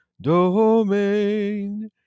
domain